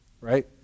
right